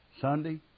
Sunday